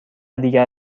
دیگر